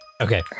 Okay